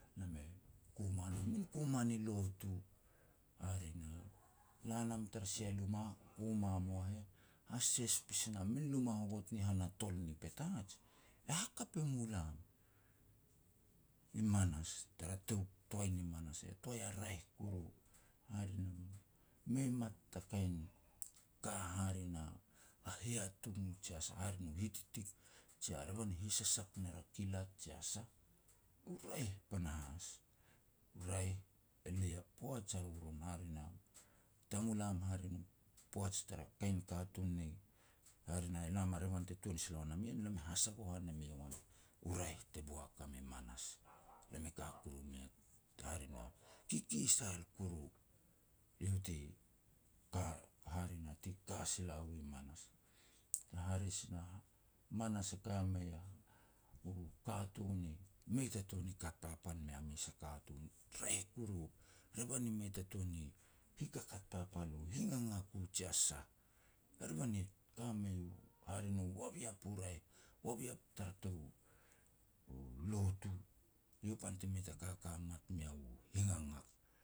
lam e koma nam a min koma ni lotu, hare na, la nam tara sia luma koma mua heh, hases pasi nam, min luma hovot ni han a tol ni Petats, e hakap e mu lam, i manas, tara tou toai ni mas, a toai a raeh kuru. Hare nu, mei mat ta kain ka hare na, a hiatung jia sah hare nu hititik, jia revan e hisasak ner a kilat jia sah. U raeh panahas, raeh e lei a poaj a roron. Hare na, tamulam hare na poaj tara kain katun ni, hare na, elam a revan te tuan sila ua nam ien, lam i hasagohan em e eiau an, u raeh te boak am i manas. Lam i ka kuru mei, hare na, kikisal kuru, iau te hare na, ti ka sila u manas. Na hare si na manas e ka mei a, u katun i mei ta tuan ni kat papal mea mes a katun. Raeh kuru, revan i mei ta tuan ni hikakat papal u, higagak u jia sah. A revan i ka mei u, hare nu, waviap u raeh, waviap tara tou u lotu, iau pan ti mei ta kaka mat meau hingangat.